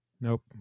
Nope